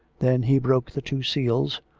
then he broke the two seals,